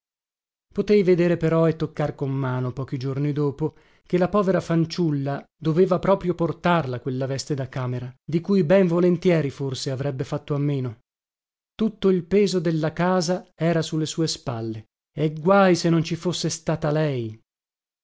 potei vedere però e toccar con mano pochi giorni dopo che la povera fanciulla doveva proprio portarla quella veste da camera di cui ben volentieri forse avrebbe fatto a meno tutto il peso della casa era su le sue spalle e guaj se non ci fosse stata lei